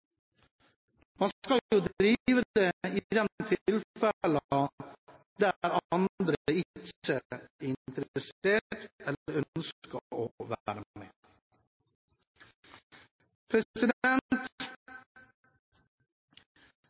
Man skal drive det i de tilfellene der andre ikke er interessert eller ønsker å være